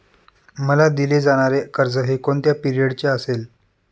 मला दिले जाणारे कर्ज हे कोणत्या पिरियडचे असेल?